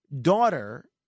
daughter